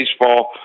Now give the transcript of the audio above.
baseball